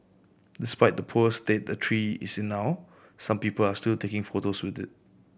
despite the poor state the tree is in now some people are still taking photos with it